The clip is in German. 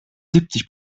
siebzig